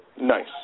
Nice